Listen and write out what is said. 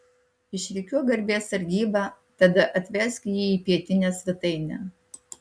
išrikiuok garbės sargybą tada atvesk jį į pietinę svetainę